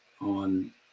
on